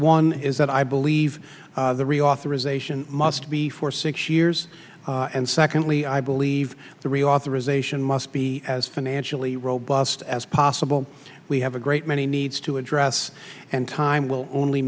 one is that i believe the reauthorization must be for six years and secondly i believe the reauthorization must be as financially robust as possible we have a great many needs to address and time will only